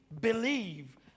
believe